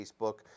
Facebook